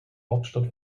hauptstadt